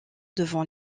devant